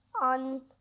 on